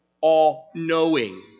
all-knowing